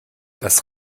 das